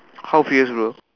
how fierce bro